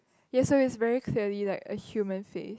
yes so it's very clearly like a human face